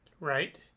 Right